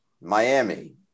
Miami